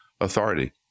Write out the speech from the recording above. authority